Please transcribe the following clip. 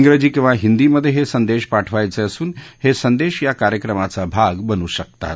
जिजी किंवा हिंदीमध्ये हे संदेश पाठवायचे असून हे संदेश या कार्यक्रमाचा भाग बनू शकतात